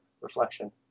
reflection